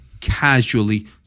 casually